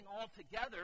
altogether